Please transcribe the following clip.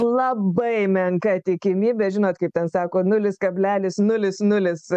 labai menka tikimybė žinot kaip ten sako nulis kablelis nulis nulis